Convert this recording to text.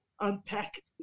unpack